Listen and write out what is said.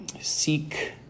seek